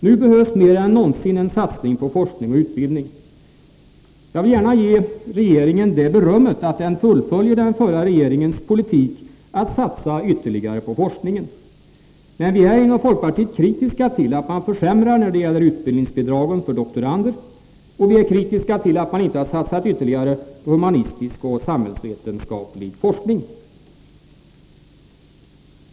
Nu behövs mer än någonsin en satsning på forskning och utbildning. Jag vill gärna ge regeringen det berömmet att den fullföljer den förra regeringens politik att satsa ytterligare på forskningen. Men vi är inom folkpartiet kritiska till att man försämrar när det gäller utbildningsbidrag för doktorander. Och vi är kritiska till att man inte har satsat ytterligare på humanistisk och samhällsvetenskaplig forskning.